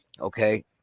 okay